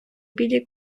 білі